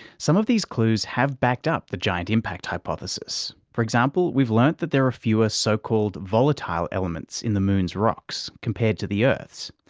some of these clues have backed up the giant impact hypothesis. for example, we've learnt that there are fewer so-called volatile elements in the moon's rocks compared to the earth's,